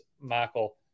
Michael